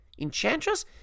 Enchantress